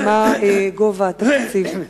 מה הוא גובה התקציב?